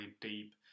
deep